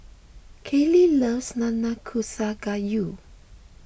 Kailey loves Nanakusa Gayu